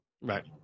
Right